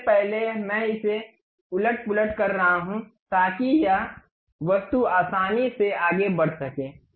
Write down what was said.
सबसे पहले मैं इसे उलट पुलट कर रहा हूं ताकि यह वस्तु आसानी से आगे बढ़ सके